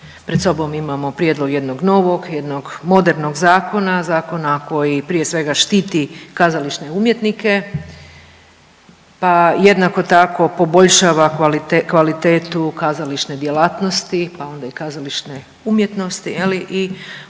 pred sobom imamo prijedlog jednog novog, jednog modernog zakona, zakona koji prije svega štiti kazališne umjetnike, pa jednako tako poboljšava kvalitetu kazališne djelatnosti, pa onda i kazališne umjetnosti je li i u svakom